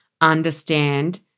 understand